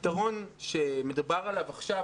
הפתרון שמדובר עליו עכשיו,